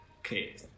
Okay